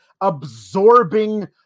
absorbing